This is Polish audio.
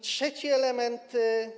Trzeci element.